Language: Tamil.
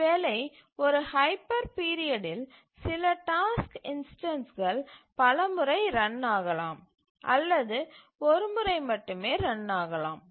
ஒருவேளை ஒரு ஹைப்பர் பீரியடில் சில டாஸ்க் இன்ஸ்டன்ஸ்கள் பலமுறை ரன் ஆகலாம் அல்லது ஒரு முறை மட்டுமே ரன் ஆகலாம்